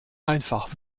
einfach